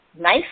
nice